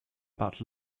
about